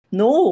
no